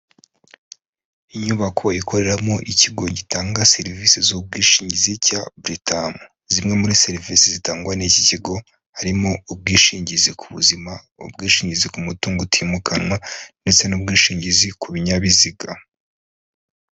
Inyubako ikoreramo ikigo gitanga serivisi z'ubwishingizi cya Buritamu. Zimwe muri serivisi zitangwa n'iki kigo harimo ubwishingizi ku buzima, ubwishingizi ku mutungo utimukanwa, ndetse n'ubwishingizi ku binyabiziga.